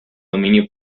dominio